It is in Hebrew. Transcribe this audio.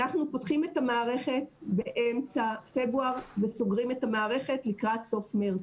אנחנו פותחים את המערכת באמצע פברואר וסוגרים את המערכת לקראת סוף מרץ.